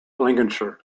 lincolnshire